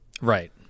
Right